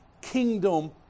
kingdom